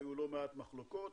היו לא מעט מחלוקות,